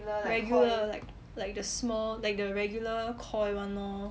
regular like like the small like the regular KOI one lor